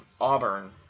Auburn